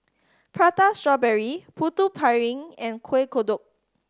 Prata Strawberry Putu Piring and Kueh Kodok